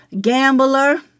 gambler